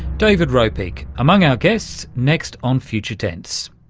david ropeik among our guests next on future tense.